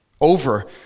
over